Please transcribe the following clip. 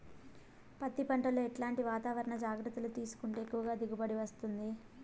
పత్తి పంట లో ఎట్లాంటి వాతావరణ జాగ్రత్తలు తీసుకుంటే ఎక్కువగా దిగుబడి వస్తుంది?